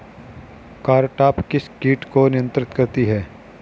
Cartap किस किट को नियंत्रित करती है?